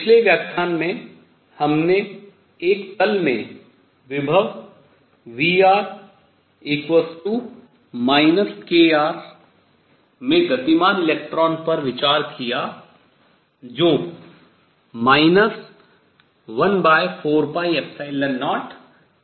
पिछले व्याख्यान में हमने एक तल में विभव Vr kr में गतिमान इलेक्ट्रॉन पर विचार किया जो 14π0 है